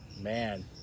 Man